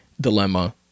dilemma